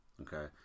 okay